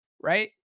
right